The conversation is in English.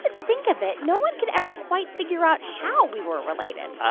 think of it, no one could ever quite figure out how we were related.